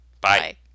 Bye